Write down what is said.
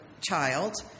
child